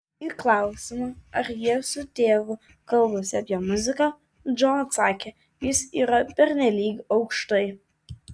į klausimą ar jie su tėvu kalbasi apie muziką džo atsakė jis yra pernelyg aukštai